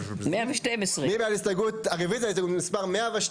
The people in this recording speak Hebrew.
מי בעד רביזיה להסתייגות מספר 109?